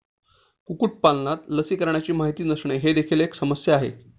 कुक्कुटपालनात लसीकरणाची माहिती नसणे ही देखील एक समस्या आहे